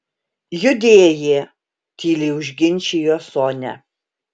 judėjė tyliai užginčijo sonia